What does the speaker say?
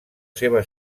seva